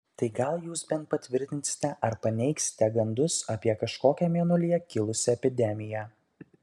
tai gal jūs bent patvirtinsite arba paneigsite gandus apie kažkokią mėnulyje kilusią epidemiją